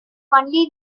only